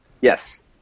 Yes